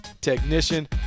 technician